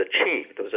achieved